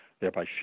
thereby